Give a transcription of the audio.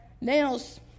nails